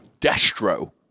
destro